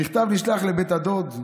המכתב נשלח לבית הדוד,